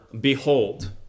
behold